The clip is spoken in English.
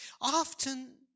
Often